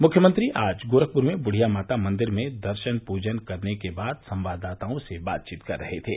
मुख्यमंत्री आज गोरखपुर में बुढ़िया माता मंदिर में दर्शन पूजन करने के बाद संवाददाताओं से बातचीत कर रहे थे